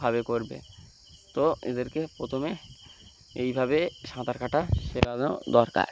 ভাবে করবে তো এদেরকে প্রথমে এইভাবে সাঁতার কাটা শেখানো দরকার